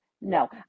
No